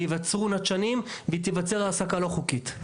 ייווצרו נטשנים ותיווצר העסקה לא חוקית.